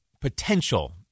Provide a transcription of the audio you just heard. potential